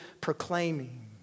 proclaiming